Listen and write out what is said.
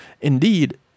Indeed